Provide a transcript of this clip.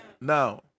Now